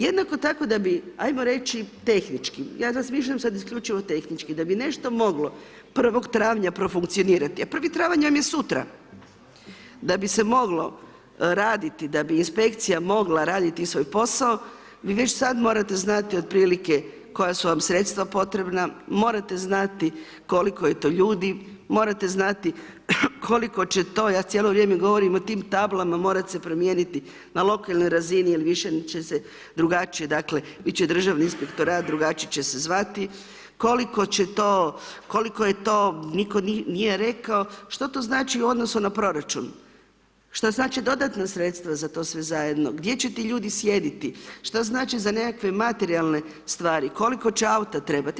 Jednako tako da bi ajmo reći tehnički, ja razmišljam sad isključivo tehnički da bi nešto moglo 1. travnja profunkcionirati a 1. travanj vam je sutra, da bi se moglo raditi, da bi inspekcija mogla raditi svoj posao vi već sad morate znati otprilike koja su vam sredstva potrebna, morate znati koliko je to ljudi, morate znati koliko će to, ja cijelo vrijeme govorim o tim tablama morati se promijeniti na lokalnoj razini jer više će se drugačije, dakle biti će Državni inspektorat, drugačije će se zvati, koliko će to, koliko je to, nitko nije rekao što to znači u odnosu na proračun, šta znače dodatna sredstva za to sve zajedno, gdje će ti ljudi sjediti, što znači za nekakve materijalne stvari, koliko će auta trebati.